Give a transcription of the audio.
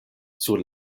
sur